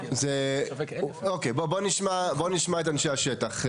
אוקיי, בואו נשמע את אנשי השטח.